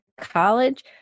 college